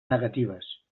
negatives